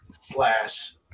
slash